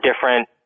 different